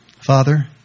Father